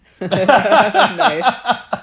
Nice